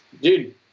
dude